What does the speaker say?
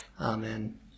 Amen